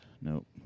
Nope